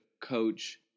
coach